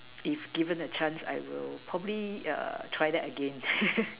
if given a chance I will probably err try that again